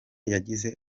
yagize